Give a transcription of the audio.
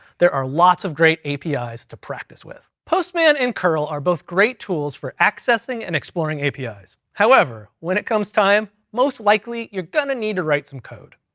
there are lots of great api's to practice with. postman and curl are both great tools for accessing, and exploring apis. however, when it comes time, most likely you're gonna need to write some code.